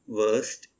worst